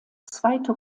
zweite